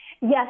Yes